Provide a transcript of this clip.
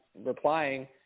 replying